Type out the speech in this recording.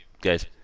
guys